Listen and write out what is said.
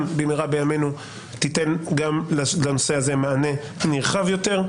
במהרה בימינו תיתן גם לנושא הזה מענה נרחב יותר.